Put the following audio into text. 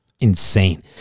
insane